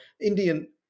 Indian